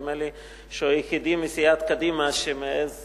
נדמה לי שהוא היחידי מסיעת קדימה שמעז